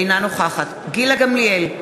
אינה נוכחת גילה גמליאל,